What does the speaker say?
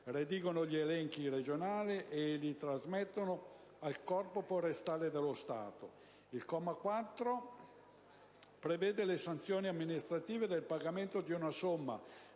redigono gli elenchi regionali e li trasmettono al Corpo forestale dello Stato. Il comma 4, infine, prevede la sanzione amministrativa del pagamento di una somma